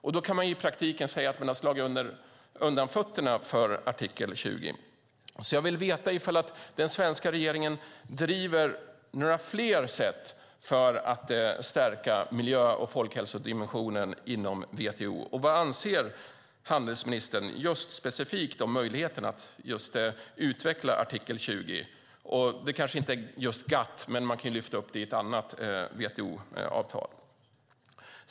Man kan i praktiken säga att man då har slagit undan fötterna för artikel 20. Jag vill veta om den svenska regeringen driver några fler sätt för att stärka miljö och folkhälsodimensionen inom WTO. Vad anser handelsministern specifikt om möjligheterna att utveckla artikel 20? Det kanske inte kan ske just inom GATT-avtalet, men man kan lyfta upp det i ett annat WTO-avtal.